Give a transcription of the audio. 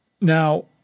Now